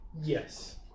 Yes